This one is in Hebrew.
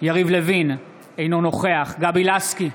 יריב לוין, אינו נוכח גבי לסקי,